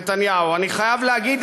נתניהו: אני חייב לומר,